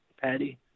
Patty